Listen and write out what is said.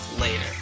later